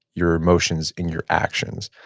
your emotions, and your actions.